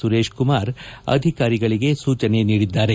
ಸುರೇಶ್ ಕುಮಾರ್ ಅಧಿಕಾರಿಗಳಿಗೆ ಸೂಚನೆ ನೀಡಿದ್ದಾರೆ